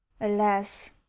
alas